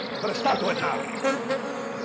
put a stop to it now.